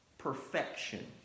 perfection